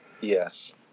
Yes